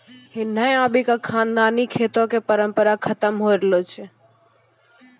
हिन्ने आबि क खानदानी खेतो कॅ परम्परा खतम होय रहलो छै